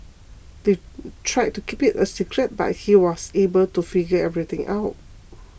they tried to keep it a secret but he was able to figure everything out